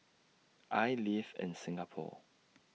I live in Singapore